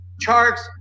Charts